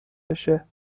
بشه